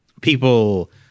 people